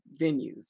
venues